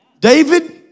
David